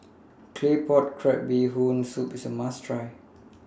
Claypot Crab Bee Hoon Soup IS A must Try